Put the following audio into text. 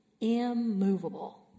immovable